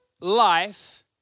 life